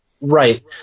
Right